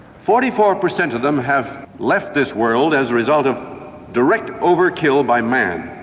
forty four percent of them have left this world as a result of direct overkill by man